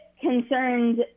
concerned